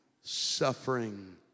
suffering